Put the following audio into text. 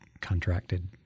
contracted